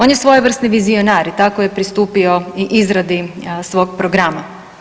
On je svojevrsni vizionar i tako je pristupio i izradi svog programa.